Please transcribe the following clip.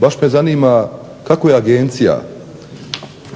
Baš me zanima kako je Agencija